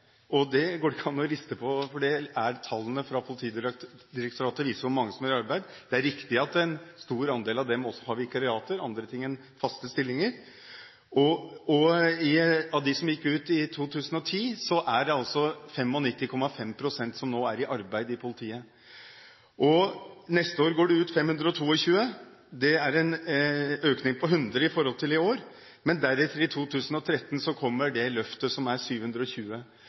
Det kan man ikke riste på hodet av, for tallene fra Politidirektoratet viser hvor mange som er i arbeid. Det er riktig at en stor andel av dem har vikariater, andre ting enn faste stillinger. Av dem som gikk ut i 2010, er altså 95,5 pst. nå i arbeid i politiet. Neste år går det ut 522 – det er en økning på 100 fra i år. Men deretter, i 2013, som følge av dette løftet, går det ut 720.